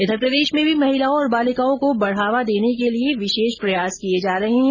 इधर प्रदेश में भी महिलाओं और बालिकाओं को बढावा देने के लिए ँविशेष प्रयास जारी है